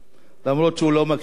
גם אם הוא לא מקשיב לי.